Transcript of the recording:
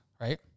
right